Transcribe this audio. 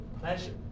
pleasure